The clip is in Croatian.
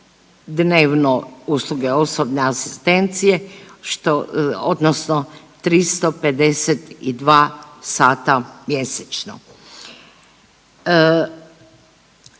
dnevno usluge osobne asistencije, što odnosno 352 sata mjesečno.